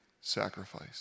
sacrifice